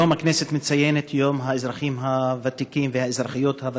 היום הכנסת מציינת את יום האזרחים הוותיקים והאזרחיות הוותיקות.